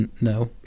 No